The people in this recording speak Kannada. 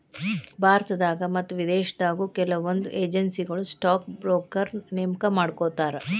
ಭಾರತದಾಗ ಮತ್ತ ವಿದೇಶದಾಗು ಕೆಲವೊಂದ್ ಏಜೆನ್ಸಿಗಳು ಸ್ಟಾಕ್ ಬ್ರೋಕರ್ನ ನೇಮಕಾ ಮಾಡ್ಕೋತಾರ